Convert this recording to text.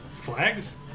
Flags